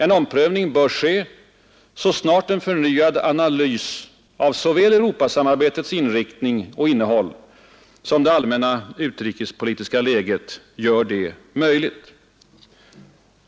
En omprövning bör ske, så snart en förnyad analys av såväl Europasamarbetets inriktning och innehåll som det allmänna utrikespolitiska läget gör det möjligt.